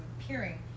appearing